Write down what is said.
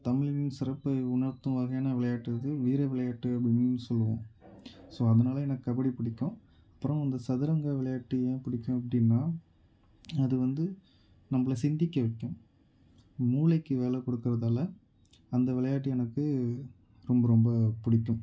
தமிழனின் சிறப்பை உணர்த்தும் வகையான விளையாட்டு வீர விளையாட்டு அப்டின்னும் சொல்லுவோம் ஸோ அதனால் எனக்கு கபடி பிடிக்கும் அப்புறம் அந்த சதுரங்க விளையாட்டு ஏன் புடிக்கும் அப்படினா அது வந்து நம்பளை சிந்திக்க வைக்கும் மூளைக்கு வேலை கொடுக்கறதால அந்த விளையாட்டு எனக்கு ரொம்ப ரொம்ப புடிக்கும்